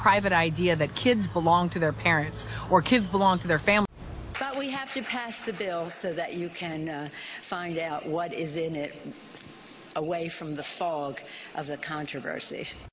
private idea that kids belong to their parents or kids belong to their family that we have to pass the bill so that you can find out what is in it away from the fog of the controversy